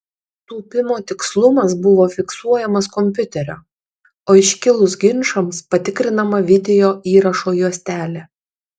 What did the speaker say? tūpimo tikslumas buvo fiksuojamas kompiuterio o iškilus ginčams patikrinama video įrašo juostelė